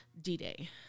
D-Day